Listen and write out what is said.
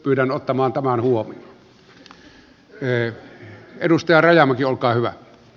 pyydän ottamaan tämän huomioon